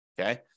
Okay